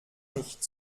nicht